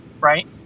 right